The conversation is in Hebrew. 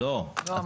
לא, לא.